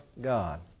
God